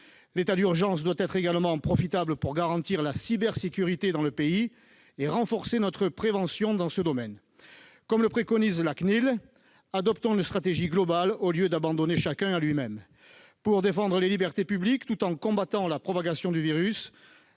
L'état d'urgence doit être également profitable pour garantir la cybersécurité dans le pays et renforcer notre prévention dans ce domaine. Comme le préconise la Commission nationale de l'informatique et des libertés (CNIL), adoptons une stratégie globale, au lieu d'abandonner chacun à lui-même. Pour défendre les libertés publiques tout en combattant la propagation du virus,